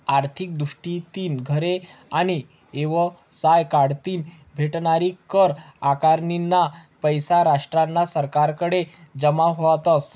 आर्थिक दृष्टीतीन घरे आणि येवसाय कढतीन भेटनारी कर आकारनीना पैसा राष्ट्रना सरकारकडे जमा व्हतस